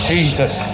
Jesus